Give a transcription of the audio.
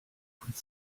would